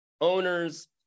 owner's